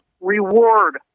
reward